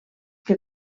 que